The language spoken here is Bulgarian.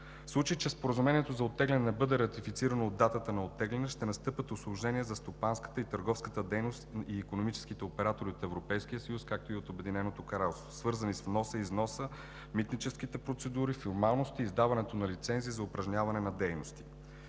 случай че Споразумението за оттегляне не бъде ратифицирано от датата на оттегляне, ще настъпят усложнения за стопанската, търговската дейност и икономическите оператори от Европейския съюз, както и от Обединеното кралство, свързани с вноса, износа, митническите процедури, формалности, издаването на лицензи за упражняване на дейности.